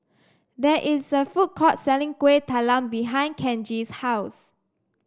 there is a food court selling Kuih Talam behind Kenji's house